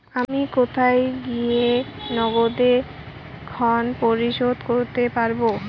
আমি কোথায় গিয়ে নগদে ঋন পরিশোধ করতে পারবো?